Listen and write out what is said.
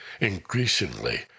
Increasingly